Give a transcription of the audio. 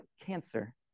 cancer